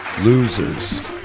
Losers